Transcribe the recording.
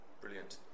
Brilliant